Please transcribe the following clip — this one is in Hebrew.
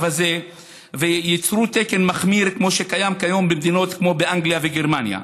הזה וייצרו תקן מחמיר כמו שקיים כיום במדינות כמו אנגליה וגרמניה,